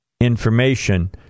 information